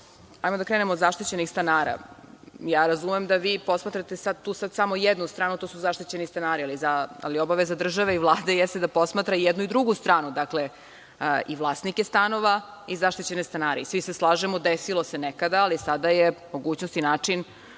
da krenemo od zaštićenih stanara. Ja razumem da vi posmatrate tu sad samo jednu stranu, a to su zaštićeni stanari, ali obaveza države i Vlade jeste da posmatra i jednu i drugu stranu, i vlasnike stanova i zaštićene stanare. Svi se slažemo, desilo se nekada, ali sada je mogućnost i način